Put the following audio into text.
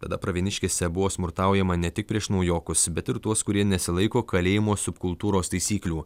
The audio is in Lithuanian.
tada pravieniškėse buvo smurtaujama ne tik prieš naujokus bet ir tuos kurie nesilaiko kalėjimo subkultūros taisyklių